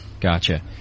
gotcha